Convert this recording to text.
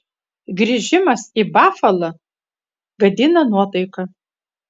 grįžimas į bafalą gadina nuotaiką